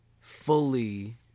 fully